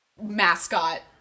mascot